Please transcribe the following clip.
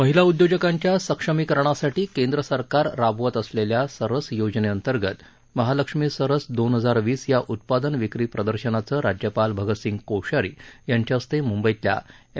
महिला उद्योजकांच्या सक्षमीकरणासाठी केंद्र सरकार राबवत असलेल्या सरस योजनेअंतर्गत महालक्ष्मी सरस दोन हजार वीस या उत्पादन विक्री प्रदर्शनाचं राज्यपाल भगतसिंह कोश्यारी यांच्या हस्ते मुंबईतल्या एम